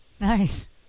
Nice